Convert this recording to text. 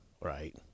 right